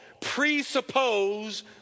presuppose